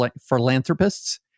philanthropists